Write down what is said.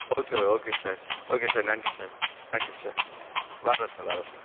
okay okay sir okay sir நன்றி sir நன்றி sir வரேன் சார் வரேன் சார்